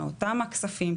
אותם הכספים,